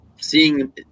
seeing